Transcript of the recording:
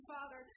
Father